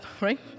right